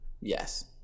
Yes